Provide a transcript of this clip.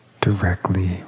directly